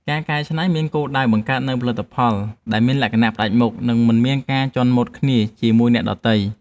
ការកែច្នៃមានគោលដៅបង្កើតនូវផលិតផលដែលមានលក្ខណៈផ្តាច់មុខ និងមិនមានការជាន់ម៉ូដគ្នាជាមួយអ្នកដទៃ។